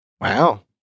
Wow